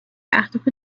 اهداف